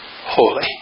holy